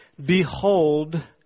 Behold